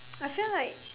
I feel like